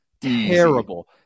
terrible